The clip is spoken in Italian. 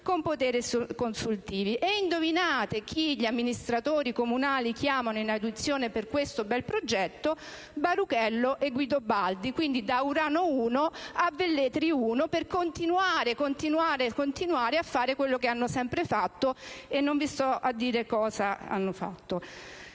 con poteri consultivi. Indovinate gli amministratori comunali chi chiamano in audizione per questo bel progetto? Baruchello e Guidobaldi: quindi, da Urano 1 a Velletri 1 per continuare ancora a fare quello che hanno sempre fatto (e non vi sto a dire cosa). Mentre